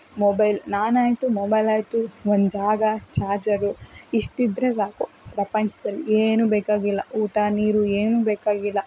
mobile ನಾನಾಯಿತು ಮೊಬೈಲಾಯಿತು ಒಂದು ಜಾಗ ಚಾರ್ಜರು ಇಷ್ಟಿದ್ದರೆ ಸಾಕು ಪ್ರಪಂಚದಲ್ಲಿ ಏನು ಬೇಕಾಗಿಲ್ಲ ಊಟ ನೀರು ಏನು ಬೇಕಾಗಿಲ್ಲ